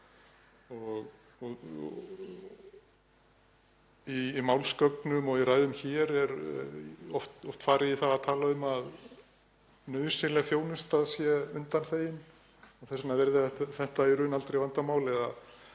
Í málsgögnum og í ræðum hér er oft farið í að tala um að nauðsynleg þjónusta sé undanþegin og þess vegna verði þetta í raun aldrei vandamál